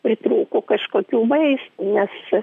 pritrūko kažkokių vaistų nes čia